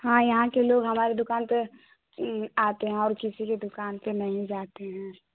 हाँ यहाँ के लोग हमारे दुकान पर आते हें और किसी के दुकान पर नहीं जाते हें